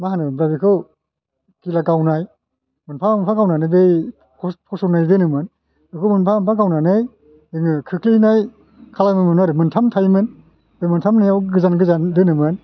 मा होनोमोनब्रा बेखौ गिला गावनाय मोनफा मोनफा गावनानै बै फसंनाय दोनोमोन बेखौ मोनफा मोनफा गावनानै जोङो खोख्लैनाय खालामोमोन आरो मोनथाम थायोमोन बे मोनथामनियाव गोजान गोजान दोनोमोन